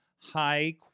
high